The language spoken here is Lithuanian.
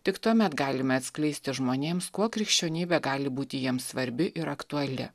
tik tuomet galime atskleisti žmonėms kuo krikščionybė gali būti jiems svarbi ir aktuali